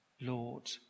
lord